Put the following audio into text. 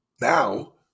now